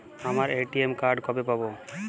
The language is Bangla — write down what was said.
আমার এ.টি.এম কার্ড কবে পাব?